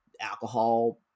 alcohol